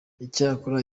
icyakora